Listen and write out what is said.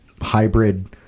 hybrid